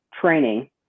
training